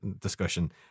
discussion